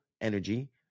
energy